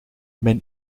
mijn